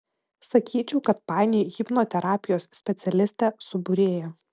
sakyčiau kad painioji hipnoterapijos specialistę su būrėja